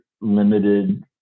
limited